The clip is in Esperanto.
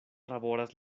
traboras